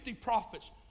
prophets